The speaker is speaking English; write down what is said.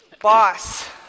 Boss